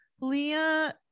Leah